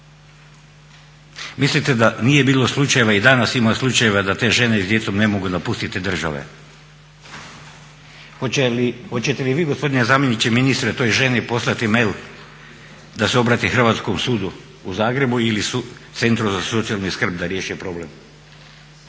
Mislite da nije bilo slučajeva i danas ima slučajeva da te žene s djecom ne mogu napustiti države. Hoćete li vi gospodine zamjeniče ministra toj ženi poslati mail da se obrati hrvatskom sudu u Zagrebu ili Centru za socijalnu skrb da riješi problem.